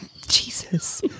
Jesus